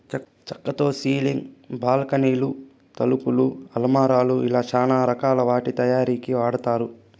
చక్కతో సీలింగ్, బాల్కానీలు, తలుపులు, అలమారాలు ఇలా చానా రకాల వాటి తయారీకి వాడతారు